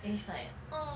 then it's like